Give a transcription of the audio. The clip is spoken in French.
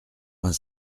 vingt